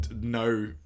no